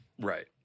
Right